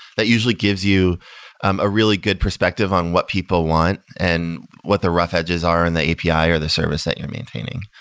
that usually gives you a really good perspective on what people want and what the rough edges are and the api, or the service that you're maintaining.